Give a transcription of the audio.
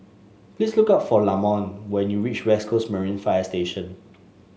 please look for Lamont when you reach West Coast Marine Fire Station